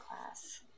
class